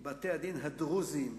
בתי-הדין הדרוזיים,